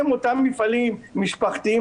אותם מפעלים משפחתיים,